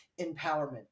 empowerment